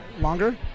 longer